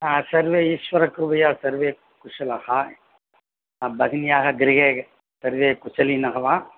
हा सर्वे ईश्वरकृपया सर्वे कुशलः भगिन्याः गृहे सर्वे कुशलिनः वा